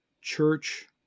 church